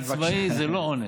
עצמאי זה לא עונש.